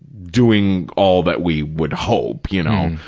doing all that we would hope, you know,